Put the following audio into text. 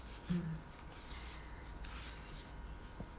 mm